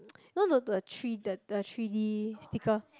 you know tho~ the the the three D sticker